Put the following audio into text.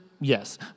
yes